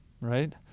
Right